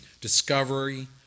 discovery